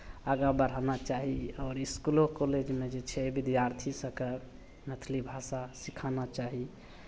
आगाँ बढ़ाना चाही आओर इसकुलो कॉलेजमे जे छै विद्यार्थी सभकेँ मैथिली भाषा सिखाना चाही